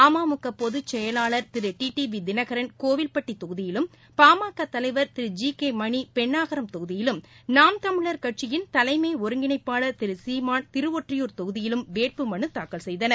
அம்முகபொதுச்செயலாளர் திரு D டிவிதினகரன் கோவில்பட்டிதொகுதியிலும் பாமகதலைவர் திரு G கேமணிபென்னாகரம் தொகுதியிலும் நாம் தமிழர் கட்சியின் தலைமஒருங்கிணைப்பாளர் திருசீமான் திருவொற்றியூர் தொகுதியிலும் வேட்பு மனுதாக்கல் செய்தனர்